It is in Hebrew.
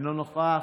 אינו נוכח.